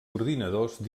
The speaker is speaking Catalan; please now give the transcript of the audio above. ordinadors